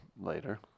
later